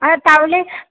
আর তাহলে